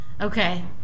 Okay